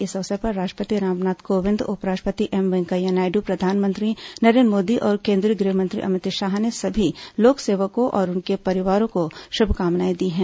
इस अवसर पर राष्ट्रपति रामनाथ कोविंद उप राष्ट्रपति एम वेंकैया नायडू प्रधानमंत्री नरेन्द्र मोदी और केन्द्रीय गृहमंत्री अमित शाह ने सभी लोक सेवकों और उनके परिवारों को शुभकामनाएं दी है